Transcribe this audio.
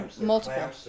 Multiple